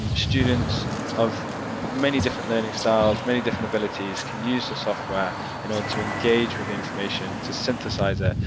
um students of many different learning styles, many different abilities can use the software in order to engage with the information, to synthesise it,